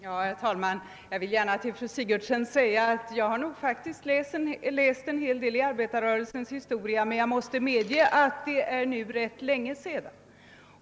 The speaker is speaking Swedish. Herr talman! Jag vill gärna tala om för fru Sigurdsen att jag faktiskt har läst en hel del i arbetarrörelsens historia, men jag medger att det är ganska länge sedan.